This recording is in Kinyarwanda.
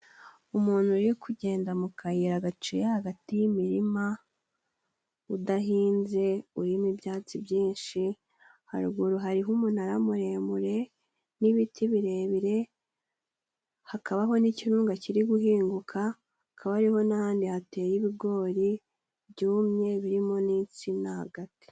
Umuntu uri kugenda mu kayira gaciye hagati y'imirima, udahinze urimo ibyatsi byinshi, haruguru hariho umunara muremure n'ibiti birebire, hakabaho n'ikirunga kiri guhinguka, hakaba hariho n'ahandi hateye ibigori byumye birimo n'insina hagati.